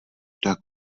tak